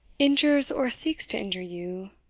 injures or seeks to injure you,